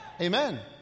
Amen